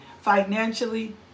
financially